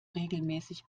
regelmäßig